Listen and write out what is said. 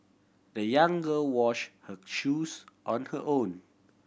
the young girl wash her shoes on her own